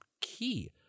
key